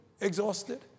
exhausted